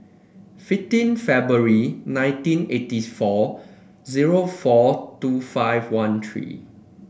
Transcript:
fifteen February nineteen eighty four zero four two five one three